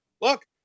Look